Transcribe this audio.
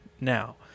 now